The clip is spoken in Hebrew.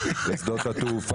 צוות.